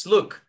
Look